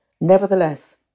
Nevertheless